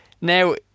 now